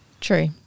True